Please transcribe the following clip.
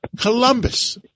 Columbus